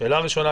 השאלה הראשונה,